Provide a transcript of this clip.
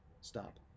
stop